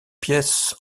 pièces